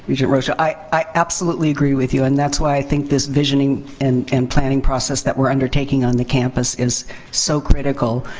regent rosha. i absolutely agree with you. and that's why i think this visioning and and planning process that we're undertaking on the campus is so critical.